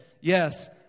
Yes